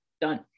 done